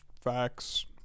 facts